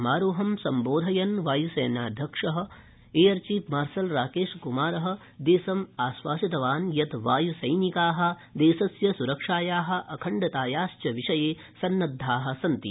समारोहं सम्बोधयन् वाय्सेनाध्यक्ष air chief marshal Rakesh Kumar Singh देशम् आश्वासितवान् यत् वाय्सैनिका देशस्य सुरक्षाया अखण्डताया च विषये सन्नद्वा सन्ति